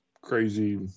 crazy